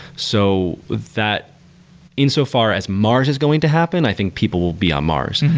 so that insofar as mars is going to happen, i think people will be on mars.